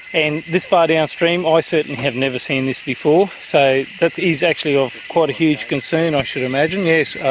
and this far downstream i certainly have never seen this before. so that is actually of quite a huge concern i should imagine, yes,